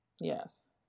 Yes